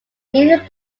nearly